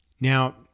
now